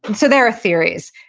and so, there are theories,